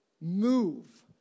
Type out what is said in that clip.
move